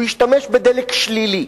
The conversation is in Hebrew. הוא השתמש בדלק שלילי,